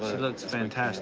looks fantastic